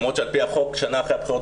למרות שעל פי החוק שנה אחרי הבחירות